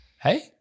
hey